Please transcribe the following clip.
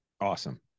Awesome